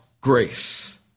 grace